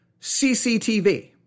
CCTV